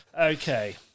Okay